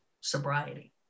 sobriety